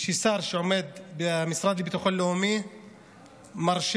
ששר שעומד במשרד לביטחון לאומי מרשה